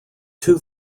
two